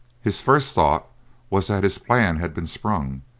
his first thought was that his plan had been sprung,